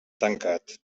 tancat